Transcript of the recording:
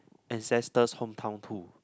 ancestors hometown too